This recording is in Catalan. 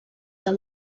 del